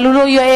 אבל הוא לא יעז.